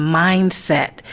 mindset